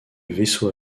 vaisseau